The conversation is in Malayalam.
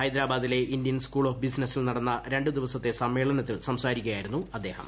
ഹൈദരാബാദിലെ ഇന്ത്യൻ സ്കൂൾ ഓഫ് ബിസിനസിൽ നടന്ന രണ്ടു ദിവസത്തെ സമ്മേളനത്തിൽ സംസാരിക്കുകയായിരുന്നു അദ്ദേഹം